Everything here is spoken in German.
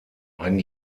ein